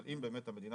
אבל אם באמת המדינה